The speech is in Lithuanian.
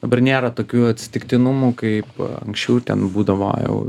dabar nėra tokių atsitiktinumų kaip anksčiau ten būdavo jau